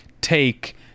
take